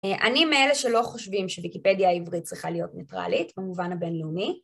אני מאלה שלא חושבים שוויקיפדיה העברית צריכה להיות ניטרלית במובן הבינלאומי.